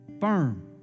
firm